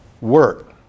work